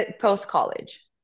post-college